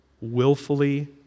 willfully